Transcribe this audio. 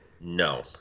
No